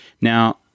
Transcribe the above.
Now